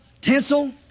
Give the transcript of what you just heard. tinsel